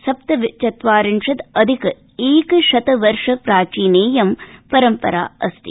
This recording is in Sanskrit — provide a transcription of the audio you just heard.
सप्तचत्वारिंशदधिकैकशतवर्ष प्राचीनेयं परम्परा अस्ति